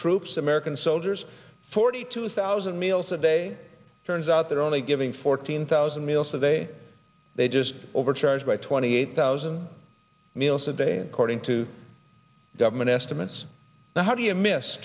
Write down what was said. troops american soldiers forty two thousand meals a day turns out they're only giving fourteen thousand meals a day they just overcharged by twenty eight thousand meals a day according to government estimates now do you miss